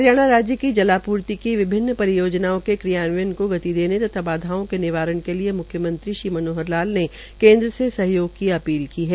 हरियाणा राज्य की जलापूर्ति की विभिन्न परियोजनाओं के क्रियान्वयन को गति देने तथा बाधाओं के निवारण के लिए मुख्यमंत्री श्री मनोहर लाल ने केन्द्र से सहयोग की अपील की है